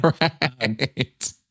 Right